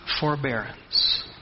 forbearance